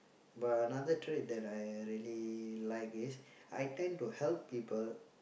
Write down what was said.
but another trait that I really like is I tend to help people